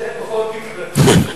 זה בכל מקרה.